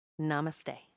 Namaste